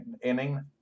inning